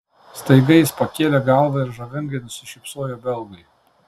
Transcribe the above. staiga jis pakėlė galvą ir žavingai nusišypsojo belgui